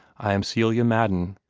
i am celia madden.